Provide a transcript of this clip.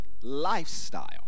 lifestyle